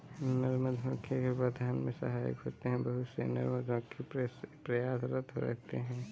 नर मधुमक्खी गर्भाधान में सहायक होते हैं बहुत से नर मधुमक्खी प्रयासरत रहते हैं